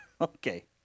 Okay